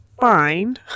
fine